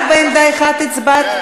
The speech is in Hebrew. רק בעמדה אחת הצבעת?